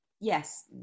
yes